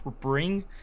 bring